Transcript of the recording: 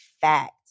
fact